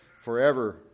forever